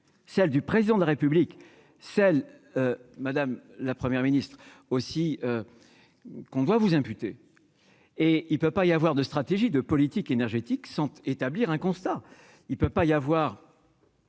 celle du président de la République celle Madame la première ministre aussi qu'on voit vous imputer et il peut pas y avoir de stratégie de politique énergétique sans établir un constat, il peut pas y avoir